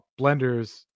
blenders